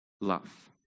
love